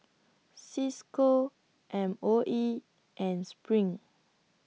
CISCO M O E and SPRING